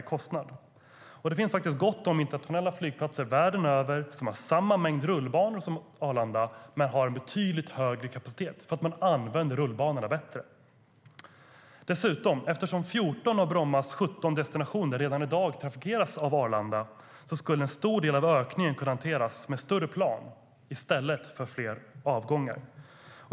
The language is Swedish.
Det finns faktiskt gott om internationella flygplatser världen över som har samma mängd rullbanor som Arlanda men en betydligt högre kapacitet, därför att man använder rullbanorna bättre. Eftersom 14 av Brommas 17 destinationer dessutom trafikeras av Arlanda redan i dag skulle en stor del av ökningen kunna hanteras med större plan i stället för fler avgångar.